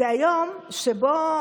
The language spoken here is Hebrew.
זה היום שבו